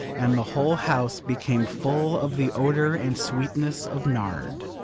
and the whole house became full of the odour and sweetness of nard.